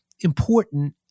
important